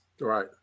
right